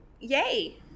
yay